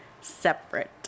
separate